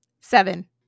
Seven